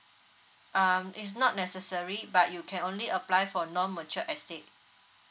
um it's not necessary but you can only apply for non mature estate